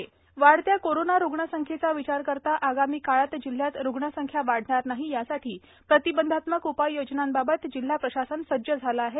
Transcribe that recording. रविंद्र ठाकरे वाढत्या कोरोना रुग्णसंख्येचा विचार करता आगामी काळात जिल्ह्यात रुग्णसंख्या वाढणार नाही यासाठी प्रतिबंधात्मक उपाययोजनांबाबत जिल्हा प्रशासन सज्ज झाले आहे